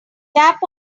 tap